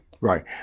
Right